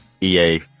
EA